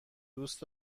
دوست